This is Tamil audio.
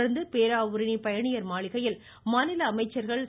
தொடர்ந்து பேராவூரணி பயணியர் மாளிகையில் மாநில அமைச்சர்கள் திரு